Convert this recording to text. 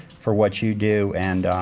for what you do. and